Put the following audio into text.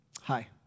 Hi